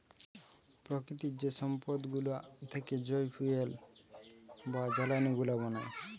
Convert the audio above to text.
প্রকৃতির যেসব জৈব সম্পদ গুলা থেকে যই ফুয়েল বা জ্বালানি গুলা বানায়